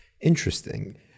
interesting